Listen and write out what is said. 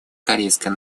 корейской